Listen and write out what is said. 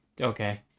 Okay